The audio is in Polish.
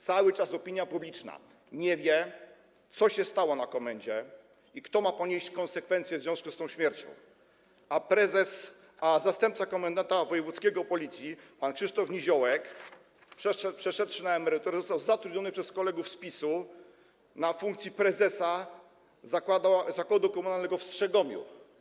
Cały czas opinia publiczna nie wie, co się stało w komendzie i kto ma ponieść konsekwencje w związku z tą śmiercią, a zastępca komendanta wojewódzkiego Policji pan Krzysztof Niziołek, przeszedłszy na emeryturę, został zatrudniony przez kolegów z PiS-u na stanowisku prezesa zakładu komunalnego w Strzegomiu.